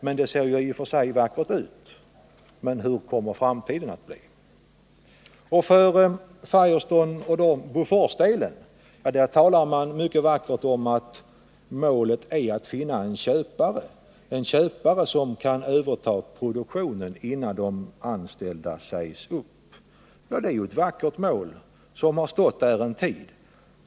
I och för sig ser det vackert ut, men hur kommer framtiden att bli? När det gäller Firestones fabrik i Borås talar man mycket vackert om att målet är att finna en köpare som kan överta produktionen, innan de anställda sägs upp. Det är ett vackert mål som har funnits en tid.